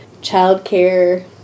childcare